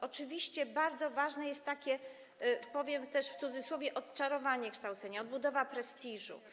Oczywiście bardzo ważne jest takie, powiem też w cudzysłowie, odczarowanie kształcenia, odbudowa prestiżu.